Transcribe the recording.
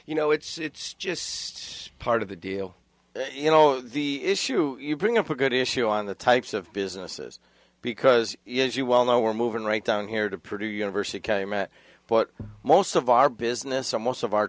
you know it's just part of the deal you know the issue you bring up a good issue on the types of businesses because you know as you well know we're moving right down here to produce university came out but most of our business and most of our